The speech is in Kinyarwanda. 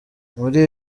muri